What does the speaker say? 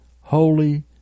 holy